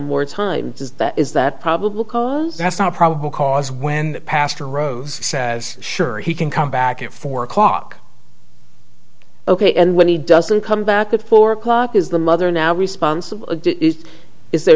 more time does that is that probable cause that's not probable cause when pastor rose says sure he can come back at four o'clock ok and when he doesn't come back at four o'clock is the mother now responsible is there